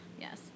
Yes